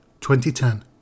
2010